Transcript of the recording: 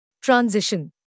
Transition